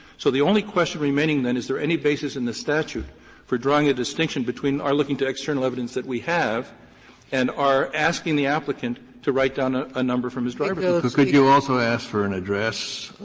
so the only question remaining then is there any basis in the statute for drawing a distinction between our looking to external evidence that we have and our asking the applicant to write down a a number from his driver's yeah like license. kennedy could you also ask for an address,